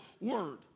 word